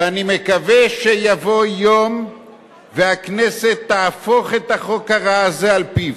ואני מקווה שיבוא יום והכנסת תהפוך את החוק הרע הזה על פיו.